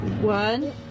One